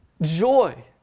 joy